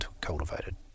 cultivated